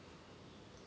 and you know same